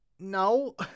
No